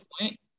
point